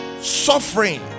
suffering